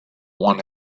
one